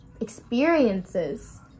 experiences